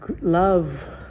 Love